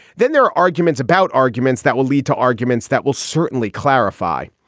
then there are arguments about arguments that will lead to arguments that will certainly clarify.